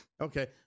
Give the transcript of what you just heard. Okay